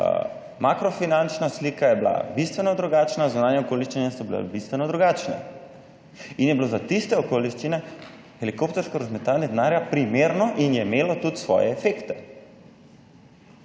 makro, finančna slika je bila bistveno drugačna, zunanje okoliščine so bile bistveno drugačne in je bilo za tiste okoliščine helikoptersko razmetavanje denarja primerno in je imelo tudi svoje efekte.